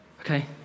Okay